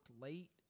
late